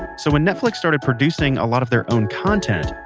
so when netflix started producing a lot of their own content,